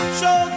show